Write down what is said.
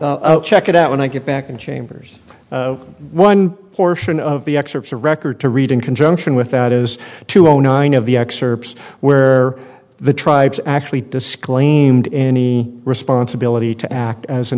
also check it out when i get back in chambers one portion of the excerpts of record to read in conjunction with that is to zero nine of the excerpts where the tribes actually disclaimed any responsibility to act as an